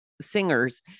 singers